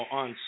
on